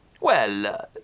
Well